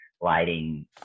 lighting